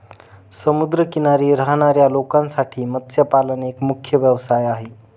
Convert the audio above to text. समुद्र किनारी राहणाऱ्या लोकांसाठी मत्स्यपालन एक मुख्य व्यवसाय आहे